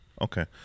Okay